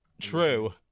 True